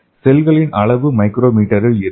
செல்களின் அளவு மைக்ரோ மீட்டரில் இருக்கும்